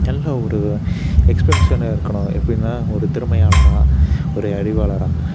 நல்ல ஒரு எக்ஸ்பிரியன்ஸான இருக்கணும் எப்படின்னா நம்ம ஒரு திறமையாளராக ஒரு அறிவாளராக